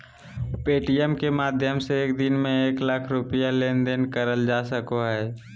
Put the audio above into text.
Paytm के माध्यम से एक दिन में एक लाख रुपया के लेन देन करल जा सको हय